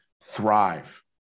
thrive